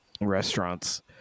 restaurants